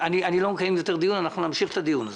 אני באמצע הדברים --- סליחה.